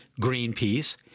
Greenpeace